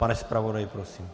Pane zpravodaji, prosím.